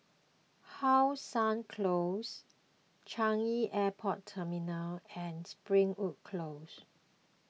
How Sun Close Changi Airport Terminal and Springwood Close